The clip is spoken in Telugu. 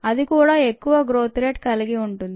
అది కూడా ఎక్కువ గ్రోత్ రేటు కల్గి ఉంటుంది